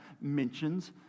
mentions